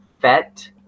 Fet